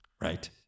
right